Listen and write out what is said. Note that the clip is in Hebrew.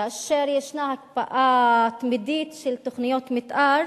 כאשר יש הקפאה תמידית של תוכניות מיתאר,